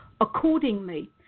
accordingly